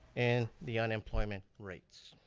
in the unemployment rates.